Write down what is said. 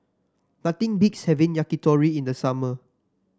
nothing beats having Yakitori in the summer